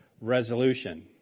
resolution